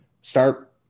Start